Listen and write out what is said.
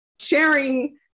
sharing